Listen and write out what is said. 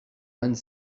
vingt